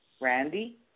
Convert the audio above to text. Randy